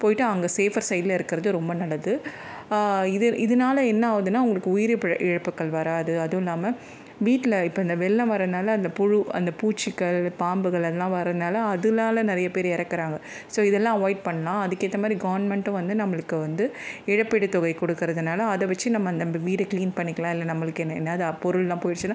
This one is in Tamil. போய்விட்டு அங்கே சேஃபர்ஸ் சைடில் இருக்கிறது ரொம்ப நல்லது இது இதனால என்னாகுதுன்னா உங்களுக்கு உயிர் பிழை இழப்புக்கள் வராது அதுவும் இல்லாமல் வீட்டில் இப்போ இந்த வெள்ளம் வரனால் அந்த புழு அந்த பூச்சிகள் பாம்புகள் எல்லாம் வரதுனால் அதனால நிறைய பேர் இறக்குறாங்க ஸோ இதெல்லாம் அவாய்ட் பண்ணால் அதுக்கேற்ற மாதிரி கவர்மெண்டும் வந்து நம்மளுக்கு வந்து இழப்பீடு தொகை கொடுக்குறதுனால அதை வச்சு நம்ம அந்த நம்ம வீடை க்ளீன் பண்ணிக்கலாம் இல்லை நம்மளுக்கு என்ன என்னாகுது அப்பொருளெல்லாம் போயிடுச்சுன்னா